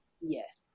Yes